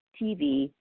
TV